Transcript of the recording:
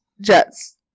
Jets